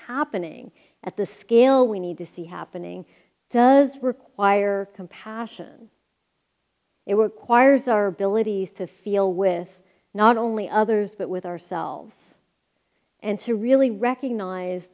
happening at the scale we need to see happening does require compassion it were choir's our billet ease to feel with not only others but with ourselves and to really recognize